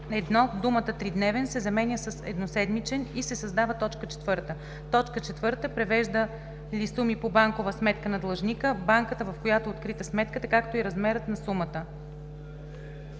т. 1, думата „тридневен“ се заменя с „едноседмичен“ и се създава т. 4. „4. превежда ли суми по банкова сметка на длъжника, банката, в която е открита сметката, както и размерът на сумата.“